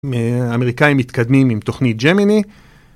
האמריקאים מתקדמים עם תוכנית ג'מיני.